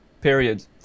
period